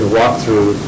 walkthrough